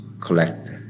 collect